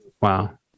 Wow